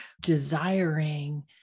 desiring